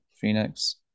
Phoenix